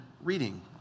reading